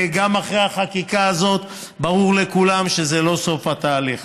גם אחרי החקיקה הזאת ברור לכולם שזה לא סוף התהליך.